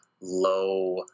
low